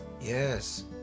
yes